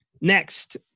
Next